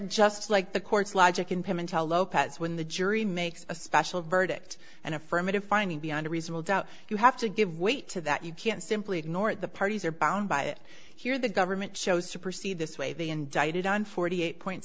just like the court's logic in pimentel lopez when the jury makes a special verdict an affirmative finding beyond a reasonable doubt you have to give weight to that you can't simply ignore it the parties are bound by it here the government chose to proceed this way they indicted on forty eight point